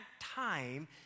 time